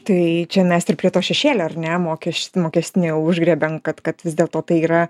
tai čia mes ir prie to šešėlio ar ne mokesč mokestinė užgriebė kad kad vis dėlto tai yra